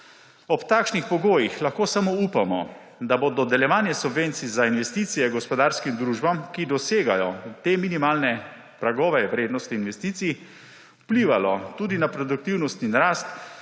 Ob takšnih pogojih lahko samo upamo, da bo dodeljevanje subvencij za investicije gospodarskim družbam, ki dosegajo te minimalne pragove vrednosti investicij, vplivalo tudi na produktivnost in rast